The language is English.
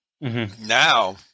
Now